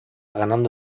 ganando